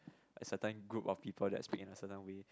a certain group of people that's speak in a certain way